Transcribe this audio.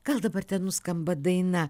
gal dabar ten nuskamba daina